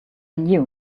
knew